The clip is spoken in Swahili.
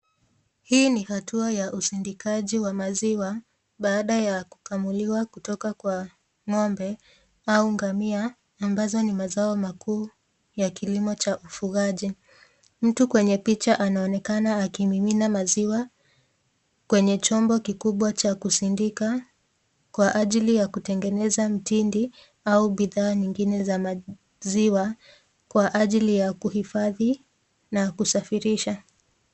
Hii ni hatua ya usindikaji wa maziwa baada ya kukamuliwa kutoka kwa ng'ombe au ngamia ambazo ni mazao makuu ya kilimo cha ufugaji. Mtu kwenye picha anaonekana akimimina maziwa kwenye chombo kikubwa cha kusindika kwa ajili ya kutengeneza mtindi au bidhaa nyingine za maziwa kwa ajili ya kuhifadhi na kusafirisha.